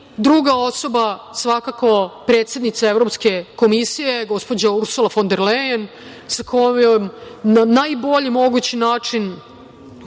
osoba, svakako, predsednica Evropske komisije, gospođa Ursula fon der Lajen, sa kojom na najbolji mogući način